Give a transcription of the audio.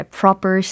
proper